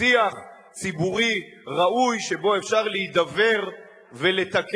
שיח ציבורי ראוי שבו אפשר להידבר ולתקן.